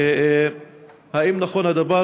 1. האם נכון הדבר?